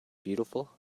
beautiful